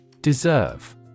Deserve